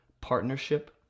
Partnership